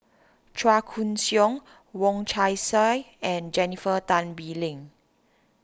Chua Koon Siong Wong Chong Sai and Jennifer Tan Bee Leng